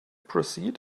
proceed